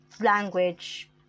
language